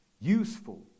useful